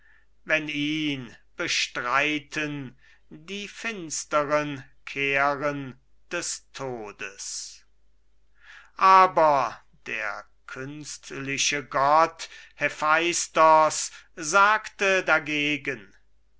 wenn ihn bestreiten die finsteren keren des todes aber der künstliche gott hephaistos sagte dagegen